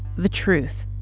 the truth.